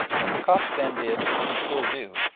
as the copts then did and still do,